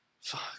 fuck